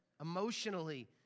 emotionally